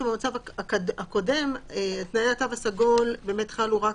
שבמצב הקודם תנאי התו הסגול באמת חלו רק